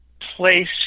place